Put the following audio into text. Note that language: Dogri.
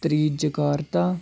त्री जकार्ता